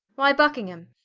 why buckingham,